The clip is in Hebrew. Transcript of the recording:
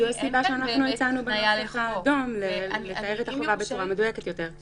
זו הסיבה שהצענו בנוסח האדום לתאר את החובה בצורה מדויקת יותר.